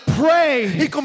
pray